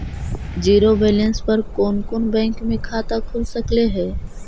Zero balance पर कोन कोन बैंक में खाता खुल सकले हे?